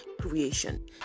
creation